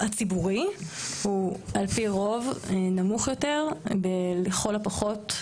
הציבורי הוא על פי רוב נמוך יותר לכל הפחות,